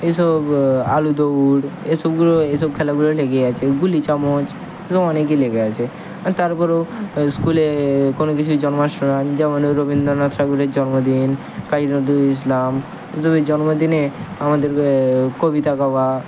এই সব আলু দৌড় এসবগুলো এসব খেলাগুলো লেগে আছে গুলি চামচ এসব অনেকই লেগে আছে আর তারপরেও স্কুলেএ কোনো কিছু জন্মাস্য যেমন রবীন্দনাথ ঠাকুরের জন্মদিন কাজি নজরুল ইসলাম এই সবের জন্মদিনে আমাদের কবিতা গাওয়া